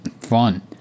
fun